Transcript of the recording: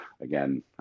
again